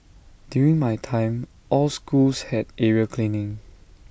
during my time all schools had area cleaning